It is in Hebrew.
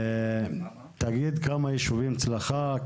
תגיד כמה ישובים אצלך,